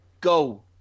go